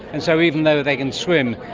and so even though they can swim,